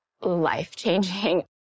life-changing